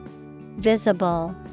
Visible